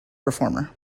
reformer